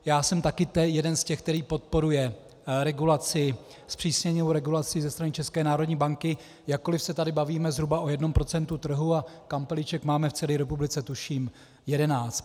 Já jsem taky jeden z těch, který podporuje regulaci, zpřísněnou regulaci ze strany České národní banky, jakkoli se tady bavíme zhruba o jednom procentu trhu a kampeliček máme v celé republice tuším 11.